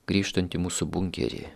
grįžtant į mūsų bunkerį